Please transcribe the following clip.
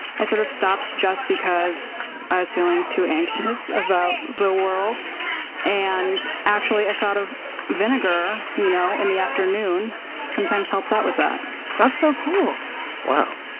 i sort of stopped just because i was feeling too anxious about the world and actually a shot of vinegar you know in the afternoon sometimes helps out with that that's so cool wow.